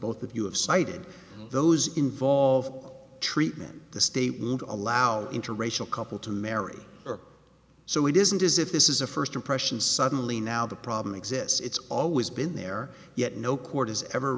both of you have cited those involved treatment the state would allow interracial couple to marry so it isn't as if this is a first impression suddenly now the problem exists it's always been there yet no court has ever